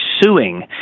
suing